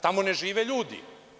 Tamo ne žive ljudi.